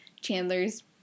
Chandler's